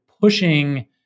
pushing